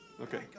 Okay